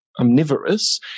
omnivorous